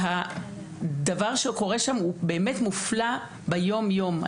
והדבר שקורה שם הוא מופלא ביום-יום.